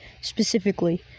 specifically